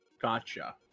Gotcha